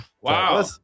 wow